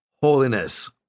holiness